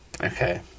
Okay